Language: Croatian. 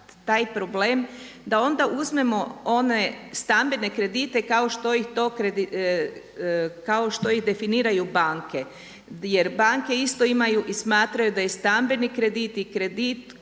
taj problem da onda uzmemo one stambene kredite kao što ih definiraju banke, jer banke isto imaju i smatraju da stambeni kredit i kredit koji